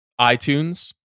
iTunes